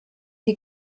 die